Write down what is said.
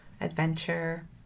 adventure